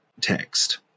text